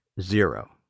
zero